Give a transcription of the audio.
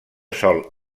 sol